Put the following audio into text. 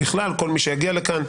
בכלל כל מי שיגיע לכאן,